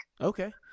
okay